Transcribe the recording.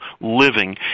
living